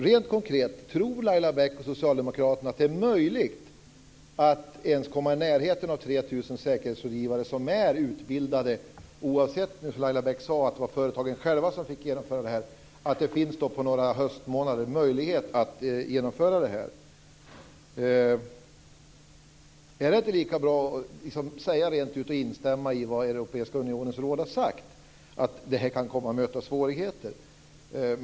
Rent konkret: Tror Laila Bäck och socialdemokraterna att det är möjligt att ens komma i närheten av 3 000 säkerhetsrådgivare som är utbildade, bortsett från - som Laila Bäck sade får företagen själva genomföra detta - att det under några höstmånader finns en möjlighet att genomföra detta? Är det inte lika bra att säga rent ut, och att instämma med Europeiska unionens råd, att det här kan komma att möta svårigheter?